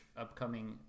upcoming